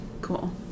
cool